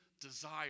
desire